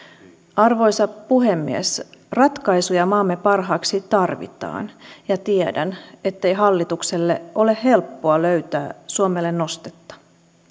arvoisa puhemies ratkaisuja maamme parhaaksi tarvitaan ja tiedän ettei hallitukselle ole helppoa löytää suomelle nostetta